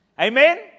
Amen